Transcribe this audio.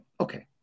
Okay